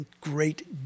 great